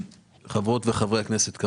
חברות וחברי הכנסת.